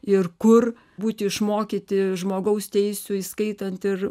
ir kur būti išmokyti žmogaus teisių įskaitant ir